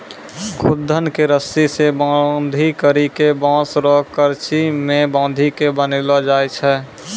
खुद्दन के रस्सी से बांधी करी के बांस रो करची मे बांधी के बनैलो जाय छै